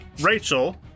Rachel